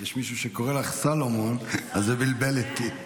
יש מישהו שקורא לך סולומון, אז זה בלבל אותי.